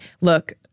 look